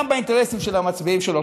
גם באינטרסים של המצביעים שלו.